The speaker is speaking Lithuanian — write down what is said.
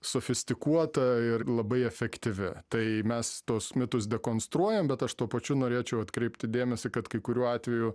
sofistikuota ir labai efektyvi tai mes tuos mitus dekonstruojam bet aš tuo pačiu norėčiau atkreipti dėmesį kad kai kurių atvejų